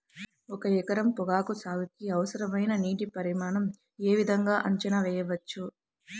ఒక ఎకరం పొగాకు సాగుకి అవసరమైన నీటి పరిమాణం యే విధంగా అంచనా వేయవచ్చు?